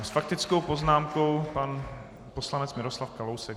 S faktickou poznámkou pan poslanec Miroslav Kalousek.